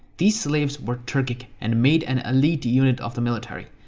these slaves were turkic and made an elite unit of the military.